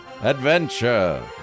adventure